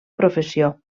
professió